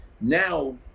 Now